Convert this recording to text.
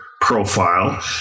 profile